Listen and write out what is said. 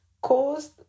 caused